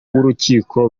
w’urukiko